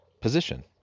position